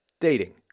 dating